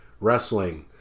wrestling